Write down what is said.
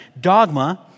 Dogma